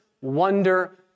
wonder